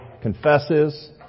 confesses